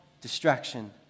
distraction